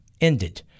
ended